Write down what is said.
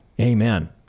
Amen